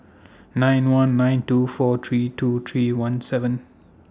nine one nine two four three two three one seven